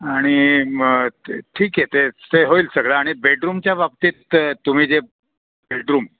आणि मग ठीक आहे ते ते होईल सगळं आणि बेडरूमच्या बाबतीत तुम्ही जे बेडरूम